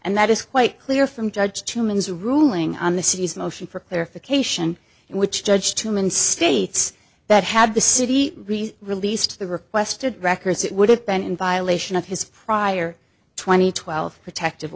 and that is quite clear from judge humans ruling on the city's motion for clarification and which judge tumen states that had the city released the requested records it would have been in violation of his prior twenty twelve protective